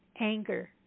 anger